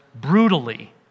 brutally